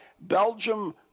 Belgium